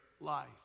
life